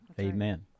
Amen